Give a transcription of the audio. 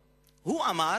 כן,